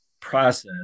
process